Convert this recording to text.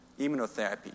immunotherapy